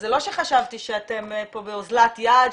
זה לא שחשבתי שאתם פה באזלת יד,